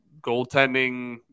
goaltending